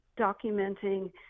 documenting